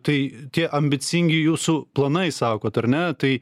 tai tie ambicingi jūsų planai sakot ar ne tai